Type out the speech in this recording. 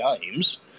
games